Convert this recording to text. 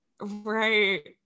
Right